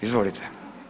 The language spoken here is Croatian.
Izvolite.